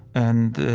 and